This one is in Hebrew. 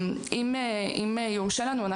אם יורשה לנו,